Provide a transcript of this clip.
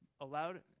allowed